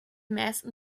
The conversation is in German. meisten